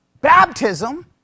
baptism